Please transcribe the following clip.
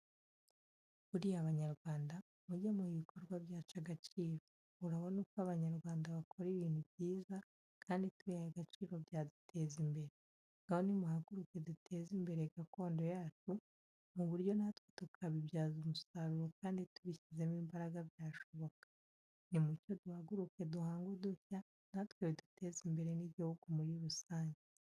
Buriya Abanyarwanda mujye muha ibikorwa byacu agaciro, urabona uko Abanyarwanda bakora ibintu byiza, kandi tubihaye agaciro byaduteza imbere. Ngaho nimuhaguruke duteze imbere gakondo yacu mu buryo natwe tukabibyaza umusaruro kandi tubishyizemo imbaraga byashoboka. Nimucyo duhaguruke duhange udushya natwe biduteze imbere n'igihugu muri rusange.